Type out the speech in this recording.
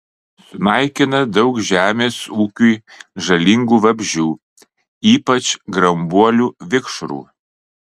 sunaikina daug žemės ūkiui žalingų vabzdžių ypač grambuolių vikšrų